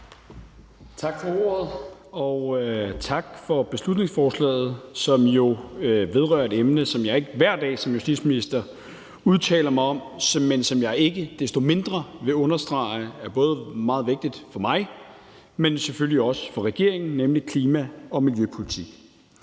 Tak for ordet. Og tak for beslutningsforslaget, som jo vedrører et emne, som jeg ikke hver dag som justitsminister udtaler mig om, men som jeg ikke desto mindre vil understrege både er meget vigtigt for mig, men selvfølgelig også for regeringen, nemlig klima- og miljøpolitik.